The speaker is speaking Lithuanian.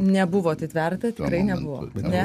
nebuvo atitverta tikrai nebuvo ne